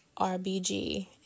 RBG